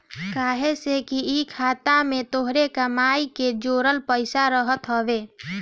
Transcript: काहे से कि इ खाता में तोहरे कमाई के जोड़ल पईसा रहत हवे